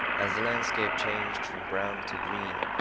as the landscape changed from brown to green,